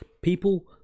people